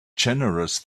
generous